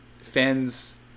fans